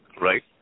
Right